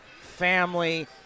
family